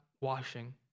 washing